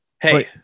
Hey